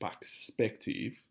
perspective